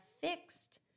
fixed